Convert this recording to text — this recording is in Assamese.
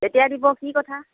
কেতিয়া দিব কি কথা